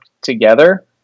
together